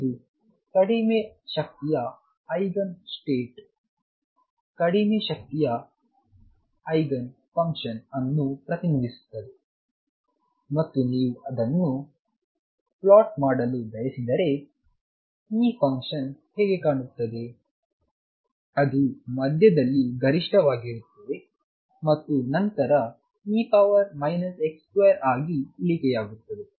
ಆದ್ದರಿಂದ ಇದು ಕಡಿಮೆ ಶಕ್ತಿಯ ಐಗನ್ ಸ್ಟೇಟ್ಕಡಿಮೆ ಶಕ್ತಿ ಐಗನ್ ಫಂಕ್ಷನ್ ಅನ್ನು ಪ್ರತಿನಿಧಿಸುತ್ತದೆ ಮತ್ತು ನೀವು ಅದನ್ನು ಪ್ಲಾಟ್ ಮಾಡಲು ಬಯಸಿದರೆ ಈ ಫಂಕ್ಷನ್ ಹೇಗೆ ಕಾಣುತ್ತದೆ ಅದು ಮಧ್ಯದಲ್ಲಿ ಗರಿಷ್ಠವಾಗಿರುತ್ತದೆ ಮತ್ತು ನಂತರe x2 ಆಗಿ ಇಳಿಕೆಯಾಗುತ್ತದೆ